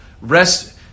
rest